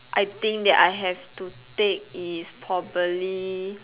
I think that I have to take is properly